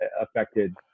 affected